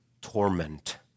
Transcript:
torment